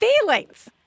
feelings